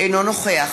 אינו נוכח